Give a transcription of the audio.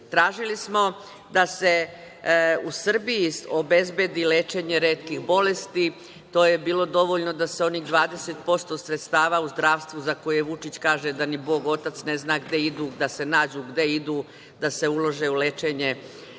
smo da se u Srbiji obezbedi lečenje retkih bolesti. To je bilo dovoljno da se onih 20% sredstava u zdravstvu za koje Vučić kaže da ni Bog otac ne zna gde idu, da se nađu gde idu, da se ulože u lečenje